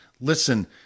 listen